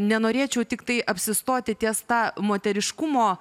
nenorėčiau tiktai apsistoti ties ta moteriškumo